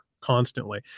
constantly